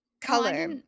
color